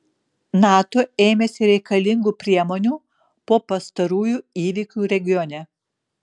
nato ėmėsi reikalingų priemonių po pastarųjų įvykių regione